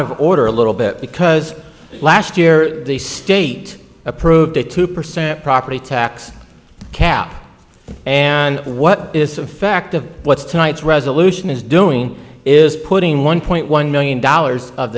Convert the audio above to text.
of order a little bit because last year the state approved a two percent property tax cap and what is the effect of what's tonight's resolution is doing is putting one point one million dollars of